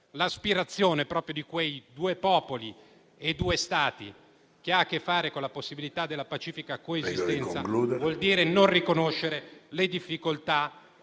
l'aspirazione al principio di "due popoli, due Stati", che ha a che fare con la possibilità della pacifica coesistenza, vuol dire non riconoscere le difficoltà